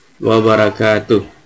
wabarakatuh